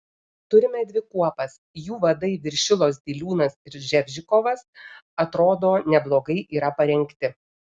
turime dvi kuopas jų vadai viršilos diliūnas ir ževžikovas atrodo neblogai yra parengti